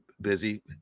busy